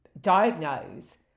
diagnose